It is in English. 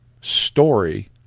story